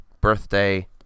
birthday